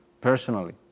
personally